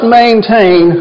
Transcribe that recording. maintain